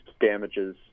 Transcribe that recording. damages